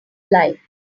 line